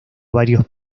varios